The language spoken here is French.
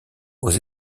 aux